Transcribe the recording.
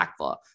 impactful